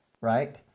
Right